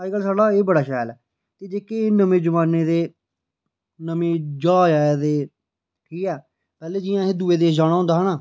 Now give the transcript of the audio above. अजकल साढ़ा एह् बड़ा शैल की जेह्के एह् नमें जमानै दे नमें ज्हाज आए दे ठीक पैह्लें जि'यां असें दूए देश जाना होंदा हा ना